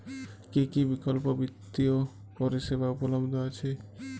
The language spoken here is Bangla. কী কী বিকল্প বিত্তীয় পরিষেবা উপলব্ধ আছে?